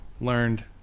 learned